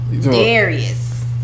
Darius